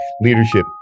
leadership